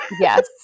Yes